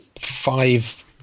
Five